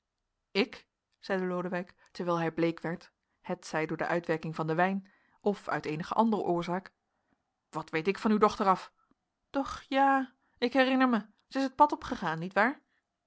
ik zeide lodewijk terwijl hij bleek werd hetzij door de uitwerking van den wijn of uit eenige andere oorzaak wat weet ik van uw dochter af doch ja ik herinner mij zij is het pad opgegaan nietwaar ja